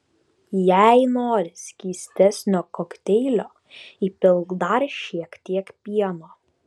jei nori skystesnio kokteilio įpilk dar šiek tiek pieno